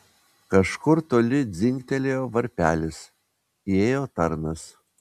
kažkur toli dzingtelėjo varpelis įėjo tarnas